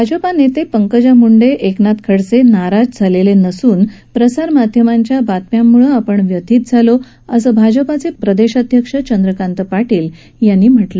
भाजपा नेते पंकजा मूंडे एकनाथ खडसे नाराज नसून प्रसारमाध्यमांच्या बातम्यांमुळे आपण व्यथित झालो असं मत भाजपाचे प्रदेशाध्यक्ष चंद्रकांत पाटील यांनी आज व्यक्त केलं